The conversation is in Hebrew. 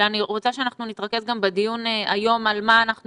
אלא אני רוצה שאנחנו נתרכז בדיון הזה במה שאנחנו